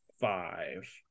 Five